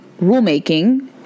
rulemaking